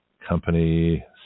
company